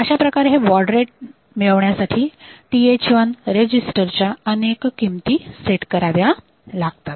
अशाप्रकारे हे baud rate मिळण्यासाठी TH1 रेजिस्टर च्या अनेक किमती सेट कराव्या लागतात